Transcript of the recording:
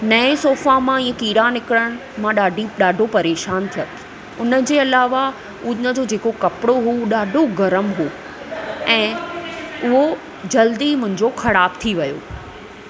नऐं स़ोफा मां इऐं कीड़ा निकरणु मां डा॒ढी डा॒ढो परेशानु थियमि उनजे अलावा उनजो जेको कपिड़ो उहो डा॒ढो गरम हो ऐं उहो जल्दी मुंहिंजो ख़राब थी वियो